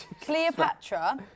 Cleopatra